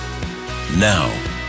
Now